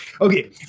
Okay